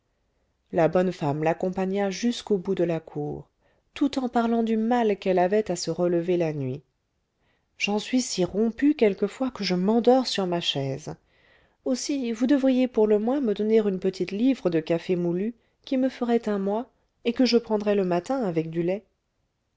la bonne femme l'accompagna jusqu'au bout de la cour tout en parlant du mal qu'elle avait à se relever la nuit j'en suis si rompue quelquefois que je m'endors sur ma chaise aussi vous devriez pour le moins me donner une petite livre de café moulu qui me ferait un mois et que je prendrais le matin avec du lait